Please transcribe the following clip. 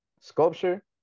sculpture